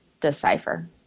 decipher